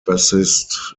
bassist